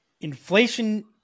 Inflation